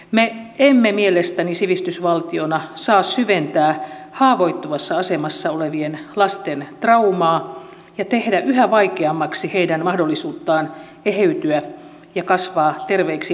me emme mielestäni sivistysvaltiona saa syventää haavoittuvassa asemassa olevien lasten traumaa ja tehdä yhä vaikeammaksi heidän mahdollisuuttaan eheytyä ja kasvaa terveiksi aikuisiksi